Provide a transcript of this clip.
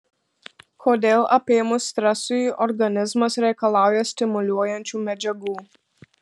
kodėl apėmus stresui organizmas reikalauja stimuliuojančių medžiagų